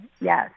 Yes